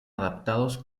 adaptados